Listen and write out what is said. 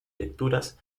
lecturas